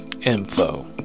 info